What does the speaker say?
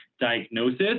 diagnosis